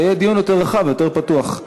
ויהיה דיון יותר רחב ויותר פתוח.